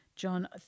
John